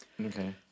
Okay